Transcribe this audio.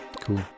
Cool